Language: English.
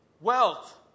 wealth